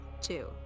two